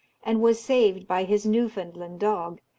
and was saved by his newfoundland dog,